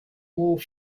more